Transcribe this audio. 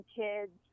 kids